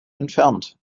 entfernt